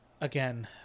again